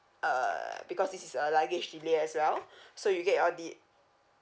err because this is a luggage delay as well you get all the